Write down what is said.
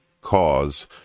cause